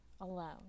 alone